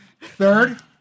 Third